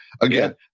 Again